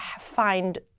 find